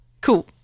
Cool